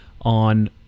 on